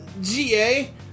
GA